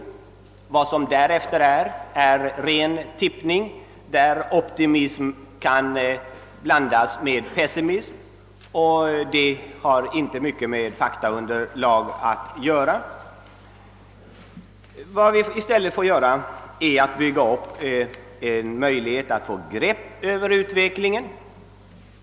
Att säga något om utsikterna härefter innebär ren tippning, där optimism kan blandas med pessimism. Det har inte mycket med faktaunderlag att göra. Vad vi i stället får göra är att försöka få grepp över utvecklingen.